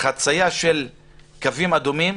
חציה של קווים אדומים.